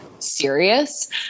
serious